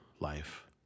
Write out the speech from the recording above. life